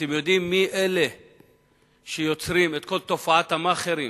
אתם יודעים מי אלה שיוצרים את כל תופעת המאכערים